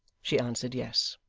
she answered yes.